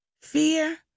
fear